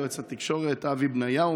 יועץ התקשורת אבי בניהו,